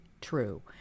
true